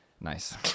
nice